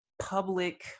public